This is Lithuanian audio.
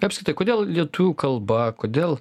apskritai kodėl lietuvių kalba kodėl